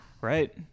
Right